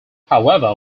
however